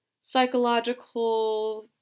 psychological